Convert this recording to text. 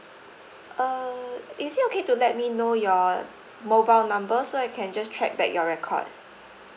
uh is it okay to let me know your mobile number so I can just check back your record